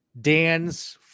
Dan's